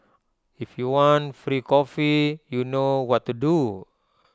if you want free coffee you know what to do